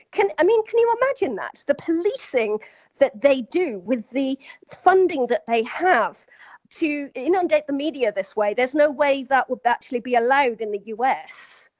i mean, can you imagine that? the policing that they do with the funding that they have to inundate the media this way? there's no way that would actually be allowed in the u. s.